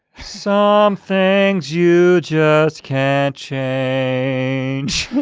some things you just can't change